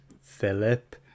Philip